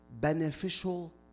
beneficial